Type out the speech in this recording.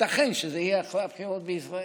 ייתכן שזה יהיה אחרי הבחירות בישראל.